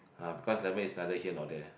ah because lemon is neither here not there